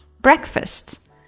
Breakfast